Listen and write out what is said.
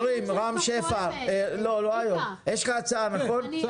הכנסת מקלב הצטרף אז כבר מצביעים על זה.